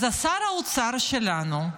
אז שר האוצר שלנו,